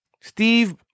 Steve